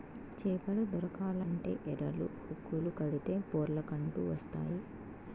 చేపలు దొరకాలంటే ఎరలు, హుక్కులు కడితే పొర్లకంటూ వస్తాయి